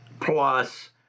plus